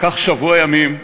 לקח שבוע ימים,